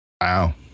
Wow